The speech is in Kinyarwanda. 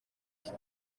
iki